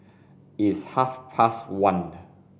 its half past one